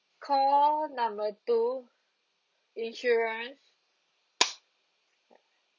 call number two insurance